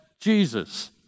Jesus